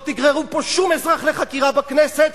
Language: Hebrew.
לא תגררו פה שום אזרח לחקירה בכנסת